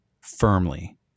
firmly